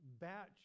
batch